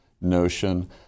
notion